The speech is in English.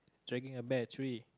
dragging a bear tree